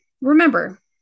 Remember